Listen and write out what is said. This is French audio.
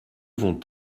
vont